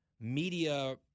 media